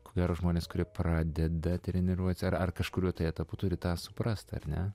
ko gero žmonės kurie pradeda treniruot ar ar kažkuriuo tai etapu turi tą suprast ar ne